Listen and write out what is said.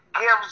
gives